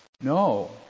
no